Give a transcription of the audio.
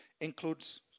includes